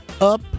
up